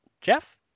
Jeff